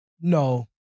No